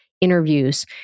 interviews